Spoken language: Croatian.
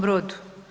Brodu.